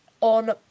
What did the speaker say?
on